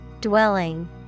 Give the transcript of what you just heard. Dwelling